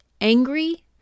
angry